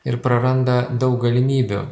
ir praranda daug galimybių